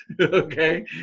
okay